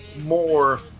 more